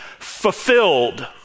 fulfilled